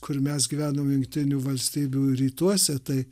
kur mes gyvenom jungtinių valstybių rytuose tai